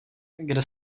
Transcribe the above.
kde